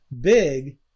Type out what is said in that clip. big